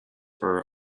are